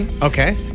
Okay